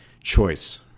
choice